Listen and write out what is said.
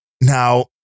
Now